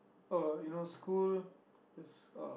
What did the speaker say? uh you know school is uh